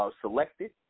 selected